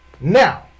Now